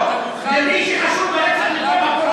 למי שחשוב הרצח בכל מקום,